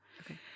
Okay